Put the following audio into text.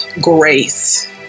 grace